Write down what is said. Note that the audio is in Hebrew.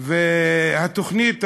התוכנית הזאת,